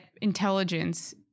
intelligence